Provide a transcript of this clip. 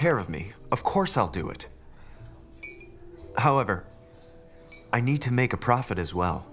care of me of course i'll do it however i need to make a profit as well